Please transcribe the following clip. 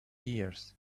years